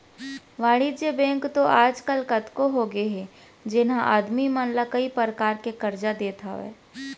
वाणिज्य बेंक तो आज काल कतको होगे हे जेन ह आदमी मन ला कई परकार के करजा देत हावय